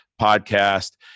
podcast